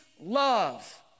love